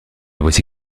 voici